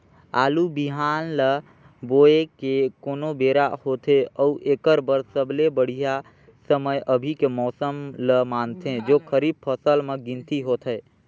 आलू बिहान ल बोये के कोन बेरा होथे अउ एकर बर सबले बढ़िया समय अभी के मौसम ल मानथें जो खरीफ फसल म गिनती होथै?